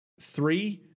three